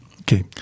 Okay